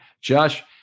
Josh